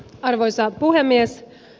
arvoisa puhemies